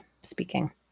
speaking